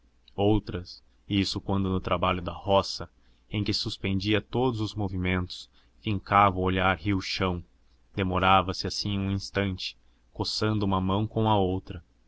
outras isso quando no trabalho da roça em que suspendia todos os movimentos fincava o olhar no chão demorava-se assim um instante coçando uma mão com a outra